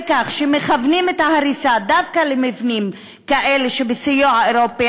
כך שמכוונים את ההריסה דווקא למבנים כאלה שבסיוע אירופי,